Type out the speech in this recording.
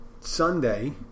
Sunday